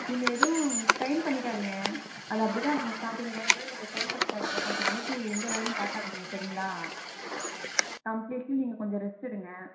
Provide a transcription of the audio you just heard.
நீங்கள் எதுவும் ஸ்ட்ரெய்ன் பண்ணிக்காதிங்க அது அப்படி தான் இருக்கும் ஸ்டார்டிங்கில் எதுவும் நீங்கள் ஸ்ட்ரெய்ன் பண்ணிக்காதிங்க கொஞ்ச நாளைக்கு எந்த வேலையும் பார்க்காதிங்க சரிங்களா கம்ப்லீட்லி நீங்கள் கொஞ்சம் ரெஸ்ட் எடுங்கள்